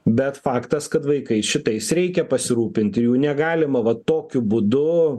bet faktas kad vaikais šitais reikia pasirūpinti jų negalima va tokiu būdu